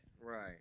Right